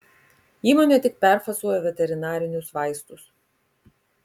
įmonė tik perfasuoja veterinarinius vaistus